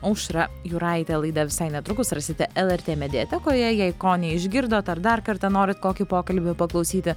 aušra jūraitė laidą visai netrukus rasite lrt mediatekoje jei ko neišgirdot ar dar kartą norit kokį pokalbį paklausyti